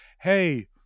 hey